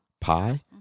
pie